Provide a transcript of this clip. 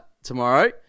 tomorrow